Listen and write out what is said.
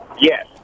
Yes